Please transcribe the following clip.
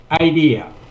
idea